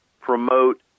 promote